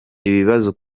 ikibazo